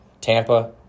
Tampa